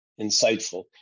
insightful